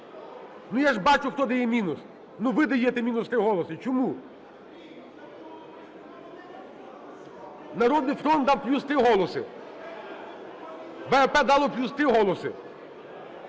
Ну, я ж бачу, хто дає мінус. Ну, ви даєте мінус три голоси. Чому? "Народний фронт" дав плюс три голоси. БПП дало плюс три голоси.